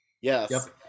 Yes